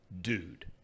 dude